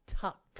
Tuck